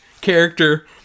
character